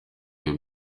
bihe